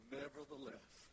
nevertheless